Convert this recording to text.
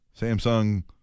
Samsung